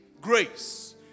grace